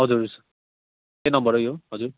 हजुर त्यही नम्बर हो यो हजुर